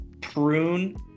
prune